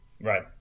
Right